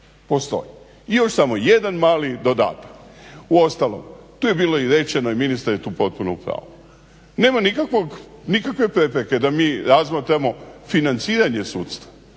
postoji. I još samo jedan mali dodatak. Uostalom tu je bilo rečeno i ministar je tu potpuno u pravu. Nema nikakve prepreke da mi razmatramo financiranje sudstva